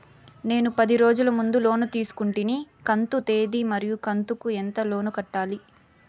నేను పది రోజుల ముందు లోను తీసుకొంటిని కంతు తేది మరియు కంతు కు ఎంత లోను కట్టాలి?